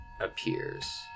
appears